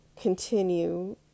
continue